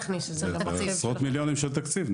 עשרות מיליונים של תקציב,